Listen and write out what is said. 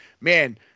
man